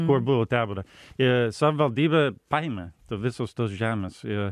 kur buvo tebora i savivaldybė paėmė to visos tos žemės ir